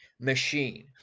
machine